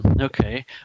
okay